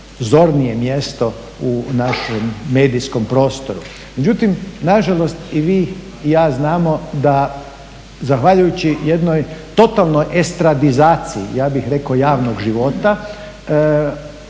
zornije mjesto u našem medijskom prostoru. Međutim nažalost i vi i ja znamo da zahvaljujući jednoj totalnoj estradizaciji ja bih rekao javnog života,